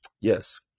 yes